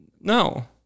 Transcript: no